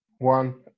One